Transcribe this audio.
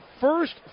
first